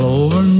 over